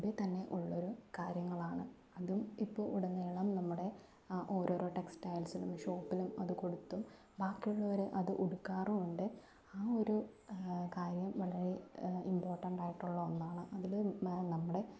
മുൻപേ തന്നെ ഉള്ളൊരു കാര്യങ്ങളാണ് അതും ഇപ്പോൾ ഉടനീളം നമ്മുടെ ഓരോരോ ടെക്സ്റ്റൈൽസിലും ഷോപ്പിലും അതു കൊടുത്തും ബാക്കിയുള്ളവർ അത് ഉടുക്കാറുമുണ്ട് ആ ഒരു കാര്യം വളരെ ഇമ്പോർട്ടൻറ്റായിട്ടുള്ള ഒന്നാണ് അതിൽ നമ്മുടെ